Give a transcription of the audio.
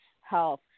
health